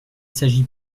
s’agit